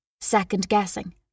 second-guessing